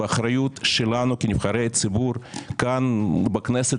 והאחריות שלנו כנבחרי ציבור כאן בכנסת,